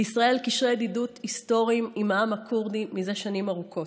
לישראל יש קשרי ידידות היסטוריים עם העם הכורדי זה שנים ארוכות.